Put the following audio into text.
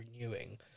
renewing